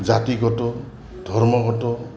জাতিগত ধৰ্মগত